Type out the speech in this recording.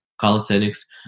calisthenics